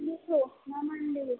చూస్తున్నాము అండి